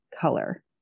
color